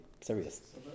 serious